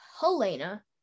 Helena